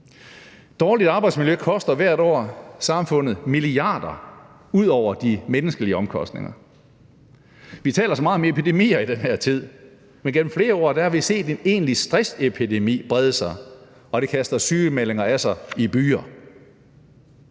Dårligt arbejdsmiljø koster hvert år samfundet milliarder af kroner ud over de menneskelige omkostninger. Vi taler så meget om epidemier i den her tid. Men gennem flere år har vi set en egentlig stressepidemi brede sig, og det kaster sygemeldinger af sig i byger.